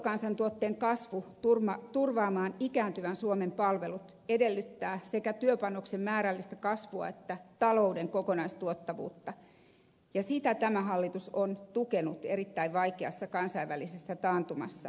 bruttokansantuotteen kasvu ikääntyvän suomen palvelujen turvaamiseksi edellyttää sekä työpanoksen määrällistä kasvua että talouden kokonaistuottavuutta ja sitä tämä hallitus on tukenut erittäin vaikeassa kansainvälisessä taantumassa